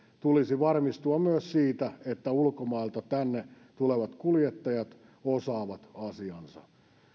tulisi varmistua myös siitä että ulkomailta tänne tulevat kuljettajat osaavat asiansa